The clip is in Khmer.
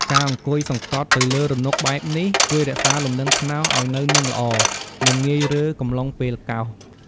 ការអង្គុយសង្កត់ទៅលើរនុកបែបនេះ ជួយរក្សាលំនឹងខ្នោសឱ្យនៅនឹងល្អ មិនងាយរើកំឡុងពេលកោស។